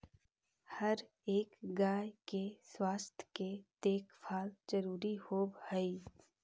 हर एक गाय के स्वास्थ्य के देखभाल जरूरी होब हई